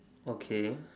okay